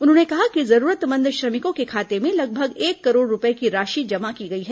उन्होंने कहा कि जरूरतमंद श्रमिकों के खाते में लगभग एक करोड़ रूपये की राशि जमा की गई है